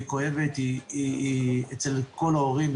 היא כואבת והיא אצל כל ההורים,